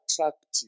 attractive